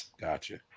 Gotcha